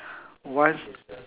one